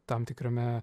tam tikrame